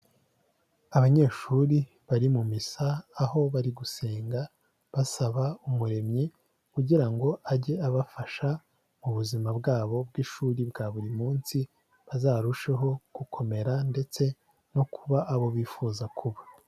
Abanyeshuri bari mu misa aho bari gusenga basaba umuremyi kugira ngo ajye abafasha mu buzima bwabo bwi'shuri bwa buri munsi bazarusheho gukomera ndetse no kuba abo bifuza kuba.